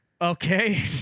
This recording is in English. okay